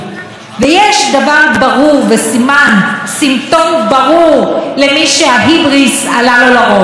סימפטום ברור למי שההיבריס עלה לו לראש זה שהפרופורציות נעלמו.